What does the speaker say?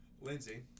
Lindsay